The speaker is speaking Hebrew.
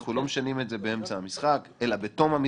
אנחנו לא משנים את זה באמצע המשחק אלא בתום המשחק,